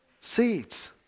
Seeds